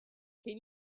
can